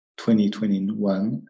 2021